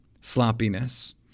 sloppiness